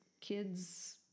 kids